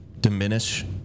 diminish